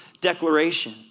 declaration